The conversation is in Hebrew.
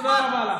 תודה רבה,